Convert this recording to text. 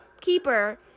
keeper